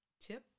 tip